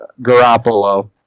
Garoppolo